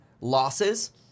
losses